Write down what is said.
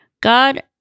God